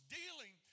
dealing